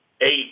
eight